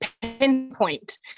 pinpoint